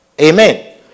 amen